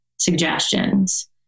suggestions